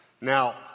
Now